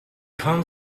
come